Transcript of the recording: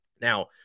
Now